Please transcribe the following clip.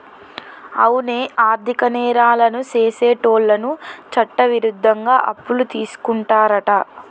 అవునే ఆర్థిక నేరాలను సెసేటోళ్ళను చట్టవిరుద్ధంగా అప్పులు తీసుకుంటారంట